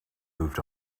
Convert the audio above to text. moved